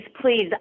please